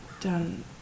done